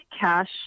cash